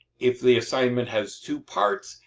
if the assignment has two parts,